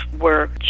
work